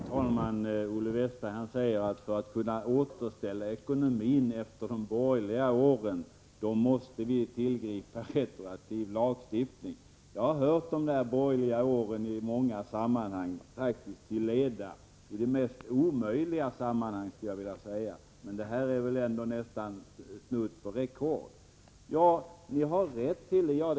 Herr talman! Olle Westberg säger att man för att kunna återställa balansen i ekonomin efter de borgerliga åren måste tillgripa retroaktiv lagstiftning. Jag har hört talet om ”de borgerliga åren” i många och de mest omöjliga sammanhang, faktiskt till leda. Men detta är väl ändå nästan snudd på rekord. Vi har rätt att fatta ett sådant här beslut, säger Olle Westberg.